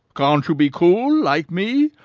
can't you be cool like me?